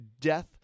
death